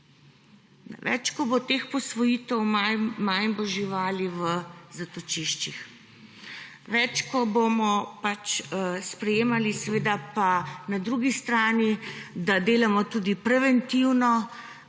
Več ko bo teh posvojitev, manj bo živali v zatočiščih, bolj ko bomo sprejemali. Seveda pa na drugi strani, da delamo tudi preventivno,